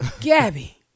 Gabby